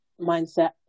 mindset